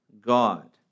God